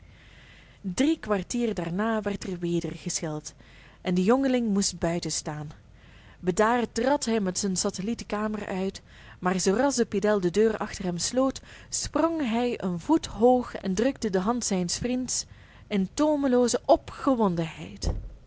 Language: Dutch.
drie kwartier daarna werd er weder gescheld en de jongeling moest buitenstaan bedaard trad hij met zijn satelliet de kamer uit maar zoo ras de pedel de deur achter hem sloot sprong hij een voet hoog en drukte de hand zijns vriends in toomelooze opgewondenheid